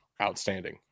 outstanding